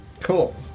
Cool